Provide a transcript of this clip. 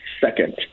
second